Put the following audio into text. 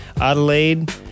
Adelaide